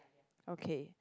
okay